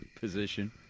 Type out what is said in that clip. position